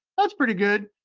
that's pretty good,